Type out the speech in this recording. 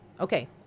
Okay